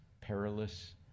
perilous